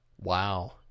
Wow